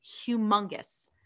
humongous